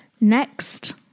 Next